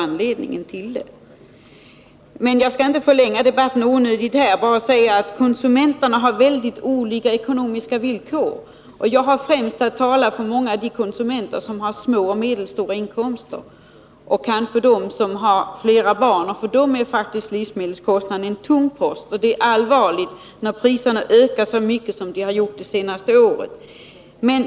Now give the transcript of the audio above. Jag skall emellertid inte förlänga debatten onödigt mycket utan bara framhålla att konsumenterna har väldigt olika ekonomiska villkor, och jag har främst att tala för många av de konsumenter som har små och medelstora inkomster och kanske flera barn. För dem är livsmedelskostnaderna faktiskt en tung post, och det är allvarligt, när priserna ökar så mycket som de gjort under de senaste åren.